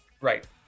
Right